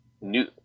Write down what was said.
New